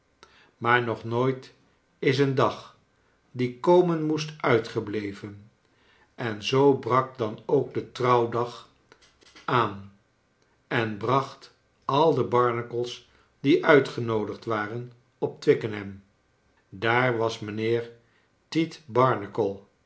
maar nog nooit is een dag die komen moest uitgebleven en zoo brak dan ook de trouwdag aan en bracht al de barnacles die uitgenoodigd waren op twickenham daar was mijnheer